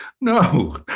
No